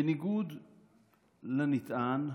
בניגוד לנטען,